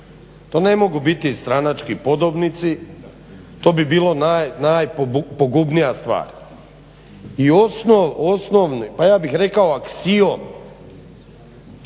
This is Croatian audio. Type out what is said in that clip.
To ne mogu biti stranački podobnici, to bi bila najpogubnija stvar. I osnovni ja bih rekao aksion,